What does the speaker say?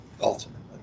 ultimately